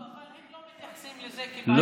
לא, אבל הם לא מתייחסים לזה כאל בעיה קשה.